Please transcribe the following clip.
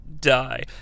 Die